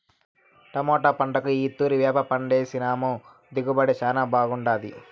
tomato పంటకు ఈ తూరి వేపపిండేసినాము దిగుబడి శానా బాగుండాది